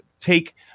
take